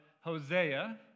Hosea